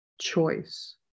choice